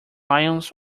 lions